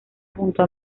junto